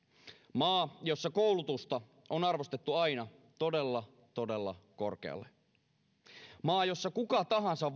maa jossa koulutusta on arvostettu aina todella todella korkealle maa jossa kuka tahansa